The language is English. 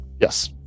Yes